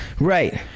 Right